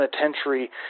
penitentiary